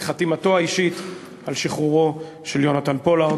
בחתימתו האישית על שחרורו של יונתן פולארד.